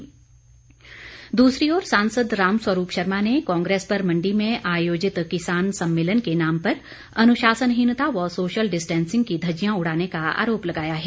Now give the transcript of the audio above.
रामस्वरूप सांसद रामस्वरूप शर्मा ने कांग्रेस पर मंडी में आयोजित किसान सम्मेलन के नाम पर अन्शासनहीनता व सोशल डिस्टेंसिंग की धज्जियां उड़ाने का आरोप लगाया है